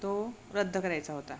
तो रद्द करायचा होता